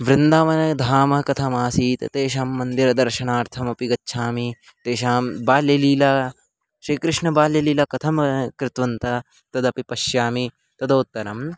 वृन्दावनधाम कथमासीत् तेषां मन्दिरदर्शनार्थमपि गच्छामि तेषां बाल्यलीला श्रीकृष्णः बाल्यलीला कथं कृतवन्तः तदपि पश्यामि तदुत्तरम्